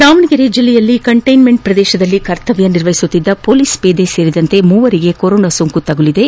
ದಾವಣಗೆರೆ ಜಿಲ್ಲೆಯಲ್ಲಿ ಕಂಟೈನ್ಮೆಂಟ್ ಪ್ರದೇಶದಲ್ಲಿ ಕರ್ತವ್ಯ ನಿರ್ವಹಿಸುತ್ತಿದ್ದ ಪೊಲೀಸ್ ಪೇದೆ ಸೇರಿದಂತೆ ಮೂವರಿಗೆ ಕೊರೋನಾ ಸೋಂಕು ತಗುಲಿದೆ